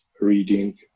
reading